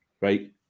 right